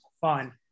fun